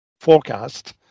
forecast